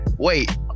Wait